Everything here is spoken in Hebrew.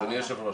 אדוני היושב ראש,